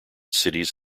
cities